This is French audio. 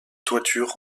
toitures